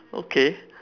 okay